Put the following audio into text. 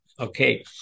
Okay